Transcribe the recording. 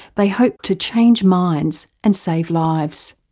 they hope to change minds and save lives.